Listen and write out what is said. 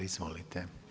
Izvolite.